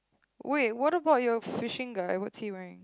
wait what about your fishing guy what's he wearing